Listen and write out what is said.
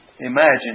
imagine